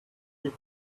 eat